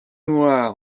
noir